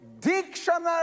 dictionary